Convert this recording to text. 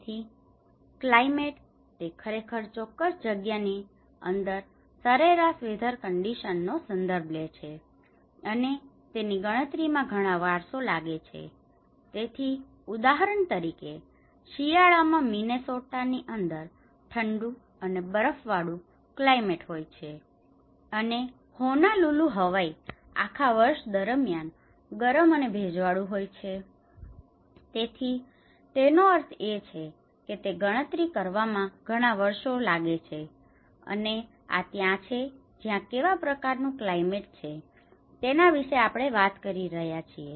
તેથી ક્લાયમેટ તે ખરેખર ચોક્કસ જગ્યા ની અંદર સરેરાશ વેધર કન્ડિશન નો સંદર્ભ લે છે અને તેની ગણતરી માં ઘણા વારસો લાગે છે તેથી ઉદાહરણ તરીકે શિયાળામાં મિનેસોટ્ટા ની અંદર ઠંડુ અને બરફ વાળું કલાયમેટ હોય છે અને હોનોલુલુ હવાઈ Honolulu Hawaii આખા વર્ષ દરમિયાન ગરમ અને ભેજવાળું હોય છે તેથી તેનો અર્થ એ છે કે તે ગણતરી કરવા માં ઘણા વર્ષો લાગે છે અને આ ત્યાં છે જ્યાં કેવા પ્રકારનું ક્લાયમેટ છે તેના વિશે આપણે વાત કરી રહ્યા છીએ